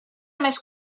més